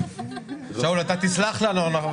השומה היא חלק מהמנגנון.